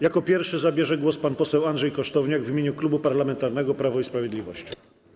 Jako pierwszy zabierze głos pan poseł Andrzej Kosztowniak w imieniu Klubu Parlamentarnego Prawo i Sprawiedliwość.